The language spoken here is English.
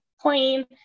plain